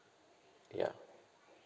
ya